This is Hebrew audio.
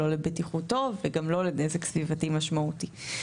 לא לבטיחותו וגם לא לנזק סביבתי משמעותי.